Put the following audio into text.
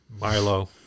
Milo